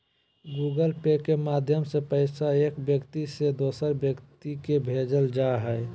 Google Pay के माध्यम से पैसा एक व्यक्ति से दोसर व्यक्ति के भेजल जा हय